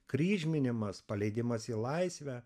kryžminimas paleidimas į laisvę